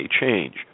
change